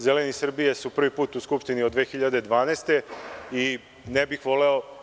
Zeleni Srbije su prvi put u Skupštini od 2012. godine i ne bih voleo